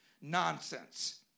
nonsense